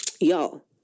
y'all